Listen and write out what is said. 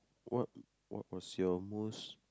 what what was your most